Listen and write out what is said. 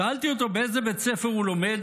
שאלתי אותו באיזה בית ספר הוא לומד,